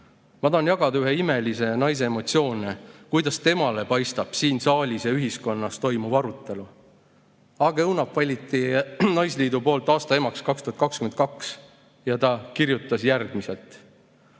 Ma tahan jagada ühe imelise naise emotsioone, kuidas temale paistab siin saalis ja ühiskonnas toimuv arutelu. Age Õunap, kelle naisliit valis aasta emaks 2022, kirjutas järgmiselt: